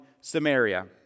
Samaria